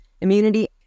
immunity